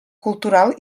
cultural